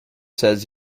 says